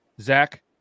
Zach